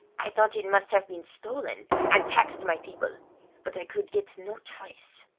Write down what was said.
i thought it must have been stolen, and taxed my people but i could get no trace.